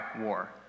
war